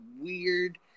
weird